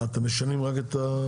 מה אתם משנים למעשה?